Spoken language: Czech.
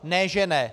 Ne že ne.